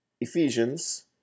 Ephesians